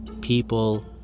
people